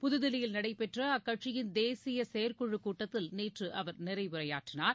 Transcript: புதுதில்லியில் நடைபெற்ற அக்கட்சியின் தேசிய செயற்குழுக் கூட்டத்தில் நேற்று அவர் நிறைவுறையாற்றினார்